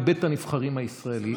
בבית הנבחרים הישראלי.